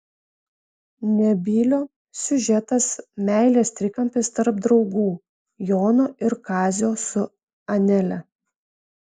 nebylio siužetas meilės trikampis tarp draugų jono ir kazio su anele